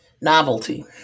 Novelty